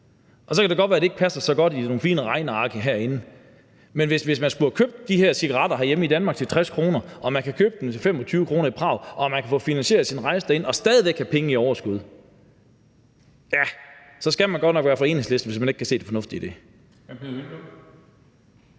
Så kan det godt være, det ikke passer så godt i nogle fine regneark herinde, men hvis man skulle have købt de her cigaretter herhjemme i Danmark til 60 kr. og man kan købe dem til 25 kr. i Prag og man kan få finansieret sin rejse derhen og stadig væk have penge i overskud, ja, så skal man godt nok være fra Enhedslisten, hvis man ikke kan se det fornuftige i det.